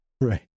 Right